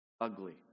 ugly